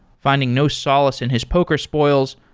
finding no solace in his poker spoils,